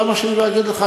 למה שאני לא אגיד לך?